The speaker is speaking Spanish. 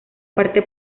parte